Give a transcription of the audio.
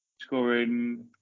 scoring